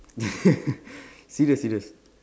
serious serious